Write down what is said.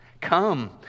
Come